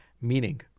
meaning